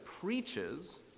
preaches